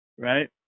Right